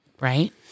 Right